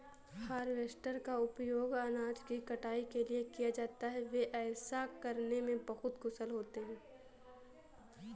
harvester का उपयोग अनाज की कटाई के लिए किया जाता है, वे ऐसा करने में बहुत कुशल होते हैं